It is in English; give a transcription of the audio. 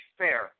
fair